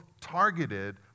targeted